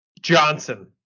Johnson